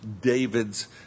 David's